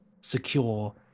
secure